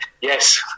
Yes